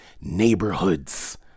neighborhoods